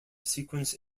sequence